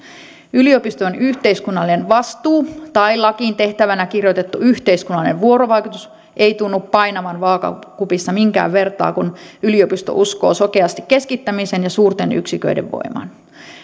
yliopiston yhteiskunnallinen vastuu tai lakiin tehtävänä kirjoitettu yhteiskunnallinen vuorovaikutus eivät tunnu painavan vaakakupissa minkään vertaa kun yliopisto uskoo sokeasti keskittämisen ja suurten yksiköiden voimaan